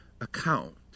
account